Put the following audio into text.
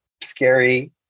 scary